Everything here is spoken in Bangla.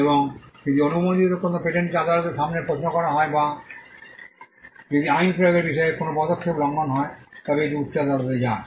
এবং যদি কোনও অনুমোদিত পেটেন্টকে আদালতের সামনে প্রশ্ন করা হয় বা যদি আইন প্রয়োগের বিষয়ে কোনও পদক্ষেপ লঙ্ঘন হয় তবে এটি উচ্চ আদালতে যায়